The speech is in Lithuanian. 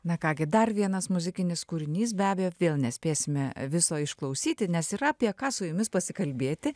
na ką gi dar vienas muzikinis kūrinys be abejo vėl nespėsime viso išklausyti nes yra apie ką su jumis pasikalbėti